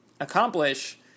accomplish